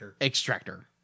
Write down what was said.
Extractor